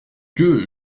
que